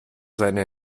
seine